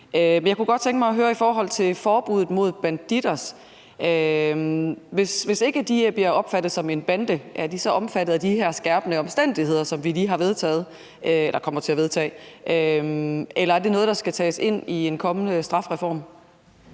jeg kunne godt tænke mig at høre om noget i forhold til forbuddet mod Bandidos. Hvis ikke de bliver opfattet som en bande, er de så omfattet af de her skærpende omstændigheder, som vi kommer til at vedtage, eller er det noget, der skal tages med i en kommende strafreform?